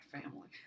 family